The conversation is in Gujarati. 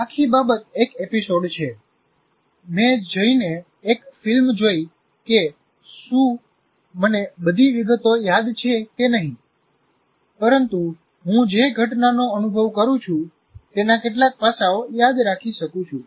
આખી બાબત એક એપિસોડ છે મેં જઈને એક ફિલ્મ જોઈ કે શું મને બધી વિગતો યાદ છે કે નહીં પરંતુ હું જે ઘટનાનો અનુભવ કરું છું તેના કેટલાક પાસાઓ યાદ રાખી શકું છું